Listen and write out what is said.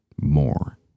more